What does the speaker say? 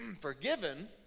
forgiven